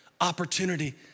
opportunity